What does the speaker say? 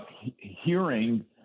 hearing